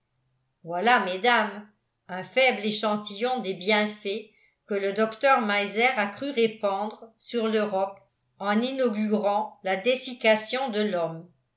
voilà mesdames un faible échantillon des bienfaits que le docteur meiser a cru répandre sur l'europe en inaugurant la dessiccation de l'homme